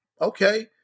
okay